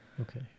Okay